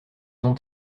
ont